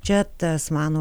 čia tas mano